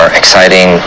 exciting